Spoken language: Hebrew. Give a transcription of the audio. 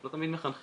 לא תמיד מחנכים.